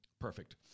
Perfect